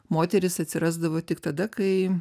moterys atsirasdavo tik tada kai